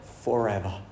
forever